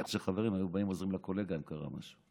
שחברים היו באים ועוזרים לקולגה אם קרה משהו.